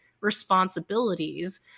responsibilities